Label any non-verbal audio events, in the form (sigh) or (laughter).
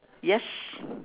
yes (breath)